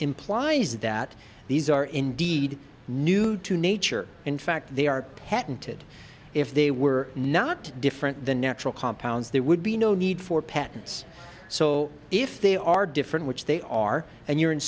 implies that these are indeed new to nature in fact they are patented if they were not different than natural compounds they would be no need for patents so if they are different which they are and you're in